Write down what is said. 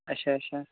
اچھا اچھا